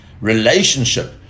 relationship